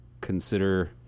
consider